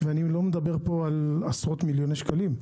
אני לא מדבר על עשרות מיליוני שקלים.